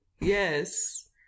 yes